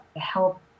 help